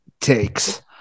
takes